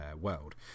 world